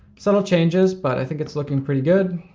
subtle changes, but i think it's looking pretty good.